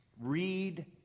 read